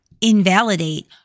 invalidate